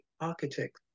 Architect